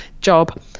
job